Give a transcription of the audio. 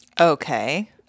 okay